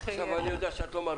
בזה.